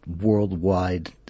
worldwide